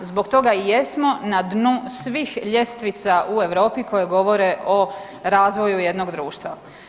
Zbog toga i jesmo na dnu svih ljestvica u Europi koje govore o razvoju jednog društva.